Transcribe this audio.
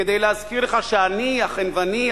"כדי להזכיר לך שאני החנווני,